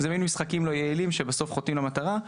זה מן משחקים לא יעילים שבסוף חוטאים למטרה.